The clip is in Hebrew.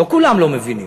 לא כולם לא מבינים.